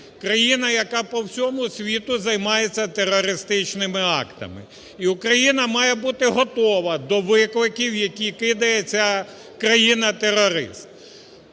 Країна, яка по всьому світу займається терористичними актами. І Україна має бути готова до викликів, які кидає ця країна-терорист.